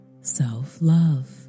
self-love